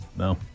No